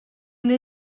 n’ai